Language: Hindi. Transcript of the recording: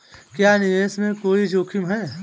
क्या निवेश में कोई जोखिम है?